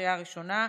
קריאה ראשונה,